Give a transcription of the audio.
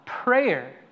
Prayer